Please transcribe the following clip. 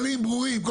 של